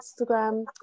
Instagram